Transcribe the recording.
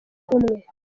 umwe